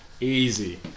easy